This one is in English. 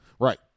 Right